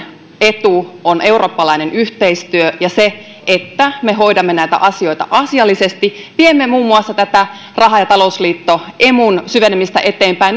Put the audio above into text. etu on eurooppalainen yhteistyö ja se että me hoidamme näitä asioita asiallisesti viemme muun muassa tätä raha ja talousliitto emun syvenemistä eteenpäin